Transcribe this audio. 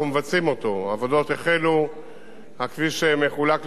הכביש מחולק לחמישה קטעים כאשר על מנת